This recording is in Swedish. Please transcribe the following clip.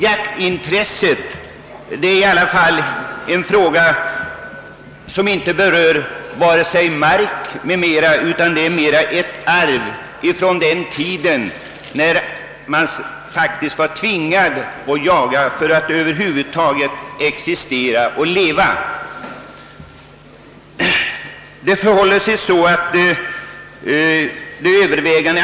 Jaktintresset däremot har ingenting med markinnehav att göra; det är ett arv från den tiden då man tvingades att jaga för att över huvud taget kunna existera.